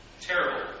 Terrible